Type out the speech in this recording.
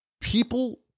People